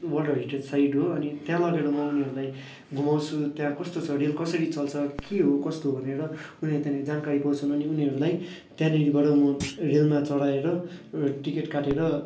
world heritage site हो अनि त्यहाँ लगेर म उनीहरूलाई घुमाउँछु त्यहाँ कस्तो छ रेल कसरी चल्छ के हो कस्तो हो भनेर उनीहरूले त्यहाँ जानकारी पाउँछन् अनि उनीहरूलाई त्यहाँनिरबाट म रेलमा चढाएर टिकट काटेर